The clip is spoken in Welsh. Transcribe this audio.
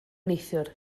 neithiwr